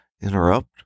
interrupt